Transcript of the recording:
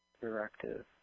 Directive